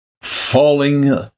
falling